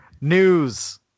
news